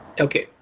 Okay